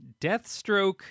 Deathstroke